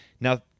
Now